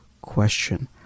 question